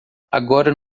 agora